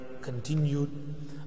continued